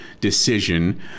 decision